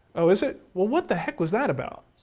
oh, is it? well, what the heck was that about?